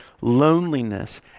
loneliness